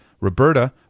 Roberta